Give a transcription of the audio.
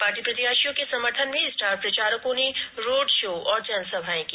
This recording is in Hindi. पार्टी प्रत्याशियों को समर्थन में स्टार प्रचारकों ने रोड शो और जनसभाए की